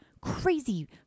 crazy